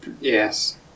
yes